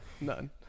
None